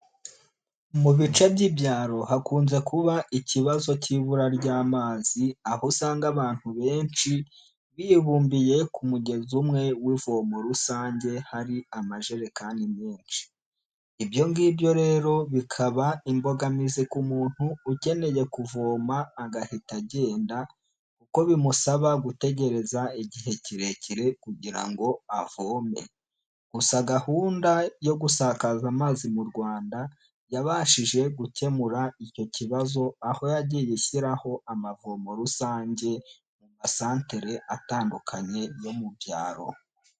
Mu bice by'ibyaro hakunze kuba ikibazo cy'ibura ry'amazi aho usanga abantu benshi bibumbiye ku mugezi umwe w'ivomo rusange hari amajerekani menshi, ibyo ngibyo rero bikaba imbogamizi ku muntu ukeneye kuvoma agahita agenda Kuko bimusaba gutegereza igihe kirekire kugira ngo avome, gusa gahunda yo gusakaza amazi mu Rwanda yabashije gukemura icyo kibazo, aho yagiye ashyiraho amavomo rusange mu masantere atandukanye yo mu byaro.